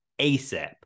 ASAP